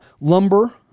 Lumber